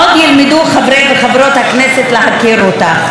עוד ילמדו חברי וחברות הכנסת להכיר אותך,